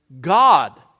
God